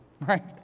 right